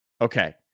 Okay